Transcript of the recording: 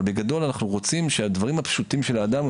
אבל בגדול אנחנו רוצים שהדברים הפשוטים של האדם,